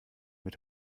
mit